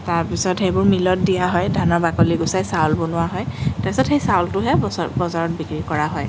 তাৰপিছত সেইবোৰ মিলত দিয়া হয় ধানৰ বাকলি গুচাই চাউল বনোৱা হয় তাৰপিছত সেই চাউলটোহে বছত বজাৰত বিক্ৰী কৰা হয়